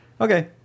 Okay